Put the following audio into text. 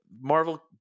Marvel